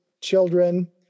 children